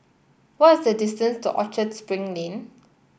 what is the distance to Orchard Spring Lane